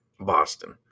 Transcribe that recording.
Boston